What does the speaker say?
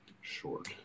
Short